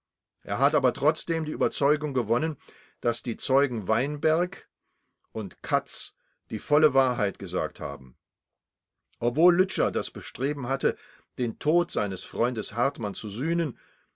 er hat aber trotzdem die überzeugung gewonnen daß die zeugen weinberg und katz die volle wahrheit gesagt haben obwohl lütscher das bestreben hatte den tod seines freundes hartmann zu sühnen